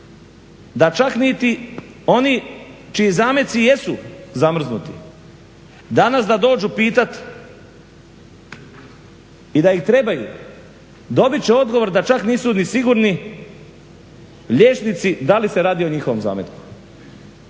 da čak niti oni čiji zameci jesu zamrznuti danas da dođu pitati i da ih trebaju dobit će odgovor da čak nisu ni sigurni liječnici da li se radi o njihovom zametku